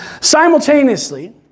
Simultaneously